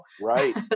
Right